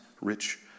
rich